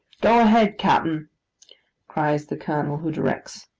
go a-head, cap'en cries the colonel, who directs.